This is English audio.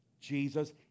Jesus